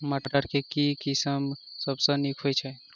मटर केँ के किसिम सबसँ नीक होइ छै?